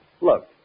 Look